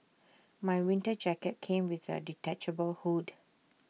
my winter jacket came with A detachable hood